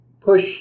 push